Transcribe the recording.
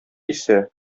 исә